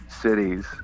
cities